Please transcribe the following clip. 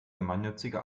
gemeinnützige